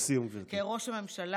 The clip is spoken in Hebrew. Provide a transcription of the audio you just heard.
לסיום, גברתי.